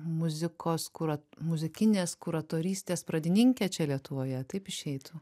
muzikos kurat muzikinės kuratorystės pradininkė čia lietuvoje taip išeitų